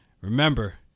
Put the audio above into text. Remember